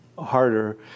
harder